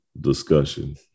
discussion